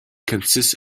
consists